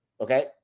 Okay